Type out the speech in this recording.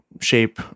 shape